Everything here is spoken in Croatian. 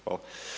Hvala.